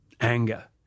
anger